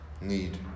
need